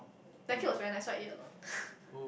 that cake was very nice so I ate a lot